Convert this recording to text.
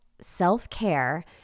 self-care